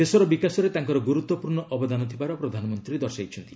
ଦେଶର ବିକାଶରେ ତାଙ୍କର ଗୁରୁତ୍ୱପୂର୍ଣ୍ଣ ଅବଦାନ ଥିବାର ପ୍ରଧାନମନ୍ତ୍ରୀ ଦର୍ଶାଇଛନ୍ତି